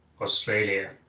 Australia